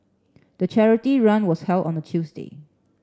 the charity run was held on a Tuesday